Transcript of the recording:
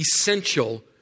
essential